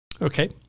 Okay